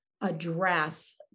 address